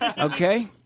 Okay